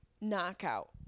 knockout